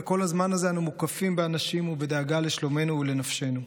וכל הזמן הזה אנו מוקפים באנשים ובדאגה לשלומנו ולנפשנו.